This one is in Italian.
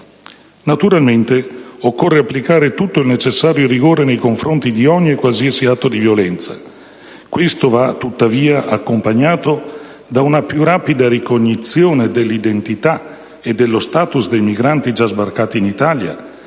Naturalmente, occorre applicare tutto il necessario rigore nei confronti di ogni e qualsiasi atto di violenza. Questo va, tuttavia, accompagnato da una più rapida ricognizione dell'identità e dello *status* dei migranti già sbarcati in Italia,